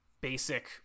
basic